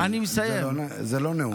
זה לא נאום.